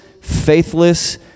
faithless